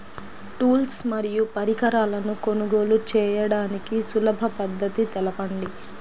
Tools మరియు పరికరాలను కొనుగోలు చేయడానికి సులభ పద్దతి తెలపండి?